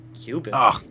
Cuban